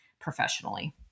professionally